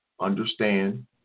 understand